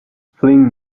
fleeing